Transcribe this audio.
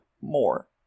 more